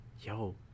yo